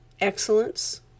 excellence